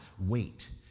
wait